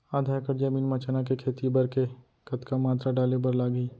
आधा एकड़ जमीन मा चना के खेती बर के कतका मात्रा डाले बर लागही?